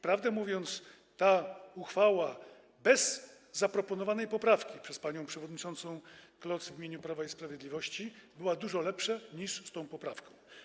Prawdę mówiąc, ta uchwała bez zaproponowanej poprawki przez panią przewodniczącą Kloc w imieniu Prawa i Sprawiedliwości była dużo lepsza niż z tą poprawką.